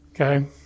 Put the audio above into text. Okay